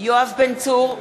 יואב בן צור,